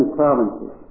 provinces